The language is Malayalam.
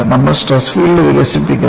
നമ്മൾ സ്ട്രെസ് ഫീൽഡ് വികസിപ്പിക്കും